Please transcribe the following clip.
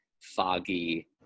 foggy